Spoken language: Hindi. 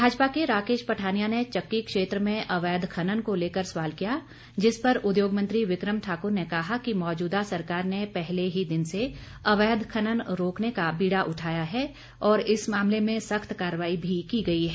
भाजपा के राकेश पठानिया ने चक्की क्षेत्र में अवैध खनन को लेकर सवाल किया जिस पर उद्योग मंत्री विक्रम ठाकुर ने कहा कि मौजूदा सरकार ने पहले ही दिन से अवैध खनन रोकने का बीड़ा उठाया है और इस मामले में सख्त कार्रवाई भी की गई है